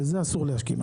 ולזה אסור להסכים.